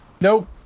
Nope